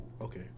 Okay